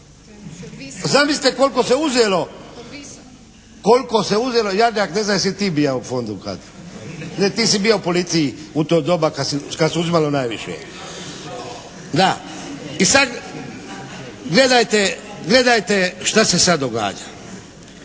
Zamislite koliko se uzelo. Jarnjak ne znam jesi ti bija u fondu kad? Ne ti si bija u policiji u to doba kad se uzimalo najviše. Da, i sad gledajte šta se sad događa.